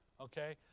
okay